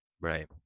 Right